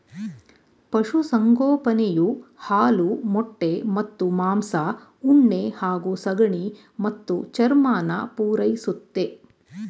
ಪಶುಸಂಗೋಪನೆಯು ಹಾಲು ಮೊಟ್ಟೆ ಮತ್ತು ಮಾಂಸ ಉಣ್ಣೆ ಹಾಗೂ ಸಗಣಿ ಮತ್ತು ಚರ್ಮನ ಪೂರೈಸುತ್ತೆ